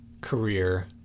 career